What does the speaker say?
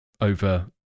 over